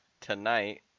Tonight